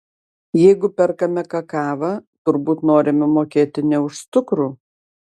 jeigu perkame kakavą turbūt norime mokėti ne už cukrų